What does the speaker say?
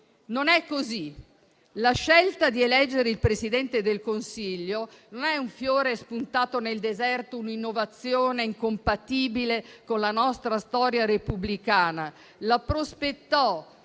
Non è così: la scelta di eleggere il Presidente del Consiglio non è un fiore spuntato nel deserto, un'innovazione incompatibile con la nostra storia repubblicana. La prospettò